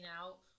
out